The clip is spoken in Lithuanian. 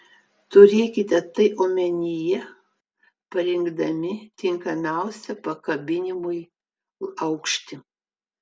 turėkite tai omenyje parinkdami tinkamiausią pakabinimui aukštį